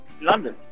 London